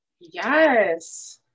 Yes